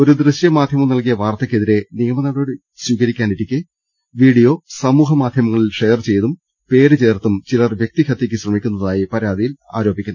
ഒരു ദൃശ്യമാധ്യമം നല്കിയ വാർത്തക്കെതിരെ നിയമനടപടി സ്വീകരിക്കാനിരിക്കെ വീഡിയോ സമൂഹമാധ്യമങ്ങളിൽ ഷെയർ ചെയ്തും പേര് ചേർത്തും ചിലർ വ്യക്തിഹത്യക്ക് ശ്രമിക്കുന്നതായി പരാതിയിൽ ആരോപിച്ചു